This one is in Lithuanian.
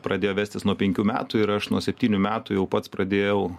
pradėjo vestis nuo penkių metų ir aš nuo septynių metų jau pats pradėjau